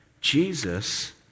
Jesus